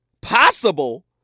Possible